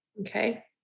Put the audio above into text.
Okay